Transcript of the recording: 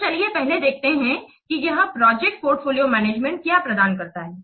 तो चलिए पहले देखते हैं कि यह प्रोजेक्ट पोर्टफोलियो मैनेजमेंट क्या प्रदान करता है